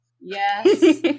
Yes